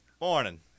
Morning